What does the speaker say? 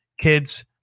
kids